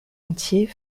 entier